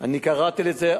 אני קראתי לזה,